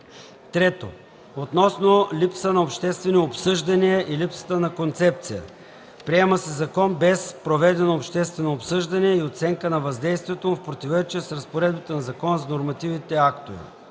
3. Относно липса на обществени обсъждания и липса на концепция: „Приема се закон, без проведено обществено обсъждане и оценка на въздействието му – в противоречие с разпоредбите на Закона за нормативните актове.